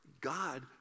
God